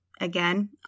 Again